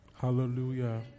Hallelujah